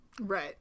Right